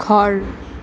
ঘৰ